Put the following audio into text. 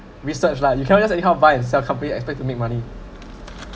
research lah you cannot just anyhow buy and sell company expect to make money